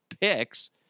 Picks